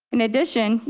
in addition,